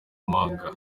manga